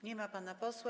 Nie ma pana posła.